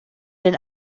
den